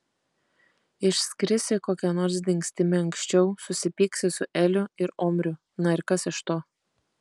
išskrisi kokia nors dingstimi anksčiau susipyksi su eliu ir omriu na ir kas iš to